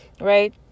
right